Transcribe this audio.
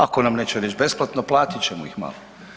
Ako nam neće reći besplatno, platit ćemo ih malo.